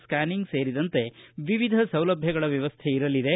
stunning ಸೇರಿದಂತೆ ವಿವಿಧ ಸೌಲಭ್ಯಗಳ ವ್ಚವಸ್ಥೆ ಇರಲಿದೆ